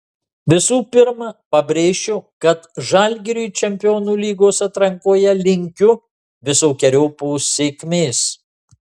visų pirma pabrėšiu kad žalgiriui čempionų lygos atrankoje linkiu visokeriopos sėkmės